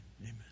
amen